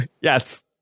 Yes